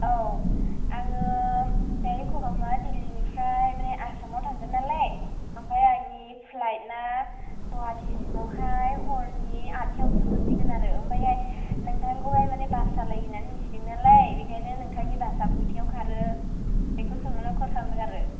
औ आङो दायो दिल्लिनिफ्राय मानि आसामआव थांगोन नालाय ओमफ्राय आंनि प्लाइटआ गुवाहाटिसिमावहाय हरनि आथथायावसो मोनहैगोन आरो ओमफ्रायहाय नोंथांखौहाय मानि बास सालायो होननानै मोनथिदों नालाय बेखायनो नोंथांनि बासआ खयथायाव खारो बेखौ सोंहरनो कल खालामदों आरो